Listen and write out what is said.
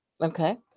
Okay